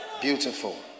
Beautiful